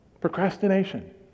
Procrastination